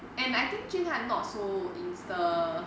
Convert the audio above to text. and I think jun han not so insta